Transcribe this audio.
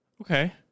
Okay